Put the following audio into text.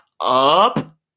up